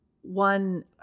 one